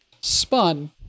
spun